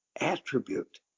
attribute